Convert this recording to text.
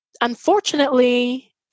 Unfortunately